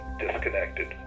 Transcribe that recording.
disconnected